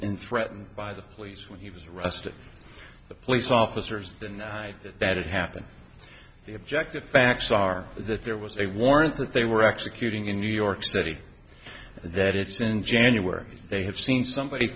and threatened by the police when he was arrested the police officers denied that it happened the objective facts are that there was a warrant that they were executing in new york city that it's in january they have seen somebody